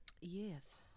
yes